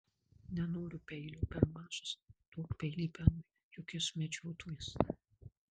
nenoriu peilio per mažas duok peilį benui juk jis medžiotojas